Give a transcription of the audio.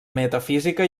metafísica